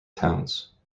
towns